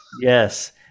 Yes